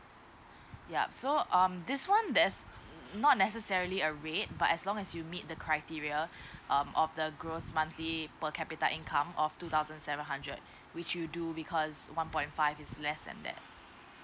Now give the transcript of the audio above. ya so um this one there's not necessarily a rate but as long as you meet the criteria um of the gross monthly the per capita income of two thousand seven hundred which you do because one point five is less than that